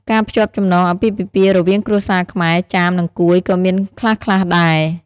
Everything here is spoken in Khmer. ការភ្ជាប់ចំណងអាពាហ៍ពិពាហ៍រវាងគ្រួសារខ្មែរ ចាម និងកួយក៏មានខ្លះៗដែរ។